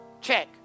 Check